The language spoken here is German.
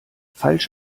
falsch